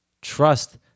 Trust